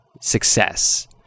success